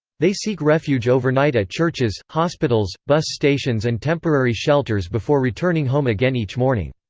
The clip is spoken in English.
they seek refuge overnight at churches, hospitals, bus stations and temporary shelters before returning home again each morning.